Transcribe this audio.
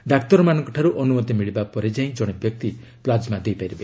ଡାକ୍ତରମାନଙ୍କଠାରୁ ଅନୁମତି ମିଳିବା ପରେ ଯାଇ ଜଣେ ବ୍ୟକ୍ତି ପ୍ଲାଜ୍ମା ଦେଇପାରିବ